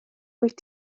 wyt